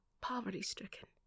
poverty-stricken